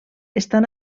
estan